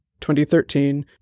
2013